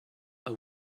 are